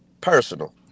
personal